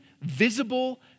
visible